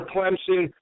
Clemson